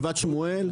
גבעת שמואל.